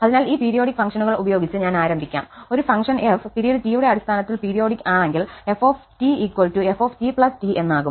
അതിനാൽ ഈ പീരിയോഡിക് ഫങ്ക്ഷനുകൾ ഉപയോഗിച്ച് ഞാൻ ആരംഭിക്കാം ഒരു ഫംഗ്ഷൻ f പിരീഡ് T യുടെ അടിസ്ഥാനത്തിൽ പീരിയോഡിക് ആണെങ്കിൽ f ft T എന്നാകും